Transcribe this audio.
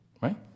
right